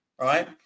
right